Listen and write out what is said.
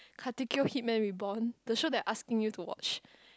Katekyo-Hitman-Reborn the show they're asking you to watch